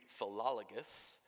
Philologus